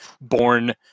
born